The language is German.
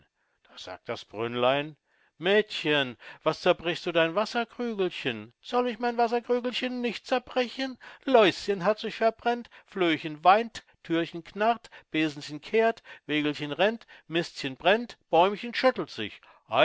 da sagt das brünnlein mädchen was zerbrichst du dein wasserkrügelchen soll ich mein wasserkrügelchen nicht zerbrechen läuschen hat sich verbrennt flöhchen weint thürchen knarrt besenchen kehrt wägelchen rennt mistchen brennt bäumchen schüttelt sich